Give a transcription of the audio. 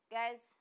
Guys